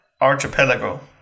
archipelago